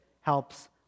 helps